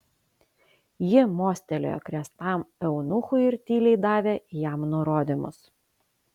ji mostelėjo kresnam eunuchui ir tyliai davė jam nurodymus